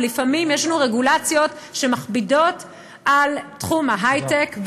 ולפעמים יש לנו רגולציות שמכבידות על תחום ההייטק.